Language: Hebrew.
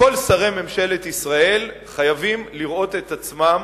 כל שרי ממשלת ישראל חייבים לראות את עצמם,